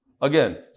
Again